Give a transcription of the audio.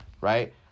right